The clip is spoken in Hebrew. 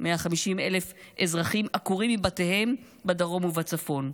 150,000 אזרחים עקורים מבתיהם בדרום ובצפון.